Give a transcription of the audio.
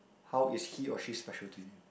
how is he or she special to you